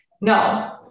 no